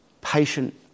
patient